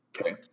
Okay